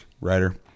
writer